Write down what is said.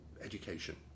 education